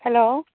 hello